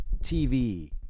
TV